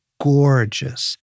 gorgeous